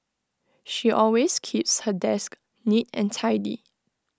she always keeps her desk neat and tidy